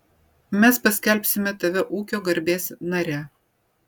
mes paskelbsime tave ūkio garbės nare